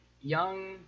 young